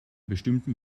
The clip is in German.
bestimmten